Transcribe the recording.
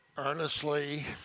earnestly